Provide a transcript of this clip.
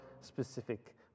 specific